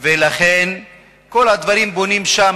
ולכן כל הדברים שבונים שם,